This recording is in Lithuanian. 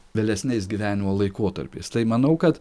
vėlesniais gyvenimo laikotarpiais tai manau kad